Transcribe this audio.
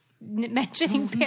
mentioning